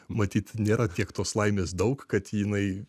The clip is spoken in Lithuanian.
matyt nėra tiek tos laimės daug kad jinai